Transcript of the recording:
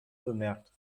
bemerkt